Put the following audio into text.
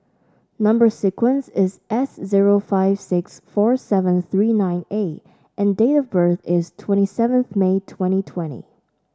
number sequence is S zero five six four seven three nine A and date of birth is twenty seventh May twenty twenty